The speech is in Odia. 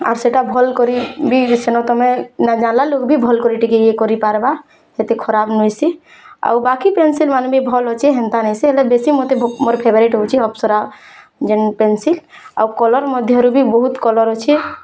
ଆର୍ ସେଟା ଭଲ୍ କରି ବି ସେନ ତମେ ନାଇ ଜାଣ୍ଲା ଲୋକ ବି ଭଲକରି ଟିକେ ଇଏ କରିପାର୍ବା ସେଥେ ଖରାପ୍ ନାଇହେସି ଆଉ ବାକି ପେନ୍ସିଲ୍ ମାନେ ବି ଭଲ୍ ଅଛି ହେନ୍ତା ନେଇସି ହେଲେ ବେଶୀ ମତେ ମୋର୍ ଫେବରାଇଟି ହଉଛି ଅପ୍ସରା ଯେନ୍ ପେନ୍ସିଲ୍ ଆଉ କଲର୍ ମଧ୍ୟରୁ ବି ବହୁତ୍ କଲର୍ ଅଛି